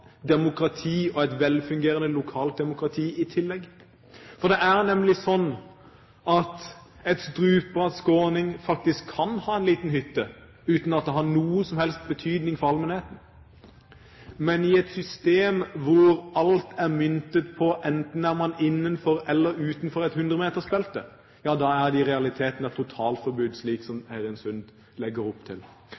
et lokalt demokrati, et velfungerende lokalt demokrati i tillegg. Det er nemlig slik at en stupbratt skråning faktisk kan ha en liten hytte uten at det har noen som helst betydning for allmennheten. Men i et system hvor alt er myntet på at enten er man innenfor eller utenfor et hundremetersbelte, da er det i realiteten et totalforbud det som